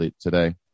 today